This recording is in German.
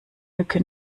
mücke